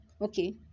okay